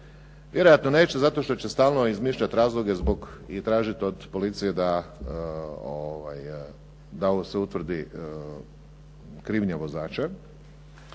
Vjerojatno neće zato što će stalno izmišljati razloge i tražiti od policije da se utvrdi krivnja vozača.